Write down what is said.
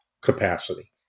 capacity